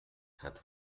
had